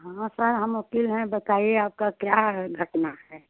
हाँ सर हम वकील हैं बताइए आपका क्या रखना है